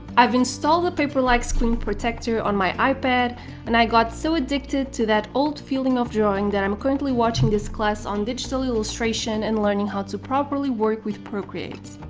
i've installed a paper like screen protector on my ipad and i got so addicted to that old feeling of drawing that m currently watching this class on digital illustration and learning how to properly work with procreate.